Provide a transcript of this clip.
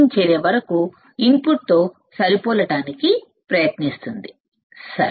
చేరే వరకు ఇన్పుట్ తో సరిపోలడానికి ప్రయత్నిస్తుందిసరే